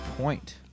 point